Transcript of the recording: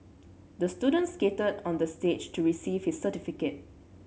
the student skated on the stage to receive his certificate